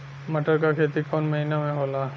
मटर क खेती कवन महिना मे होला?